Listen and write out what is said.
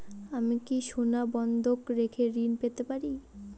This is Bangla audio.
আমি কি সোনা বন্ধক রেখে ঋণ পেতে পারি?